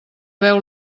veu